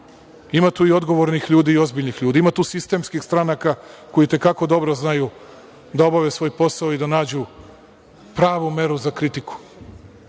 Ima tu i odgovornih ljudi i ozbiljnih ljudi, ima tu sistemskih stranaka koje i te kako dobro znaju da obave svoj posao i da nađu pravu meru za kritiku,